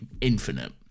infinite